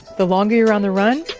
the longer you're on the run,